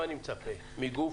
מה אני מצפה מגוף